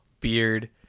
beard